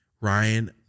Ryan